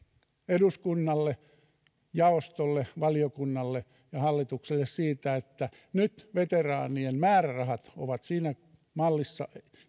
eduskunnalle jaostolle valiokunnalle ja hallitukselle siitä että nyt veteraanien määrärahat ja lupaukset ovat siinä mallissa